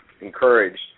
encouraged